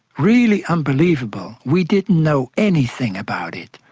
really unbelievable. we didn't know anything about it.